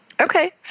Okay